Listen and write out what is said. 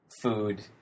food